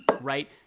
right